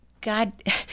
God